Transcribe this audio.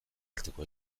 arteko